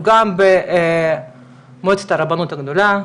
גם במועצת הרבנות הגדולה,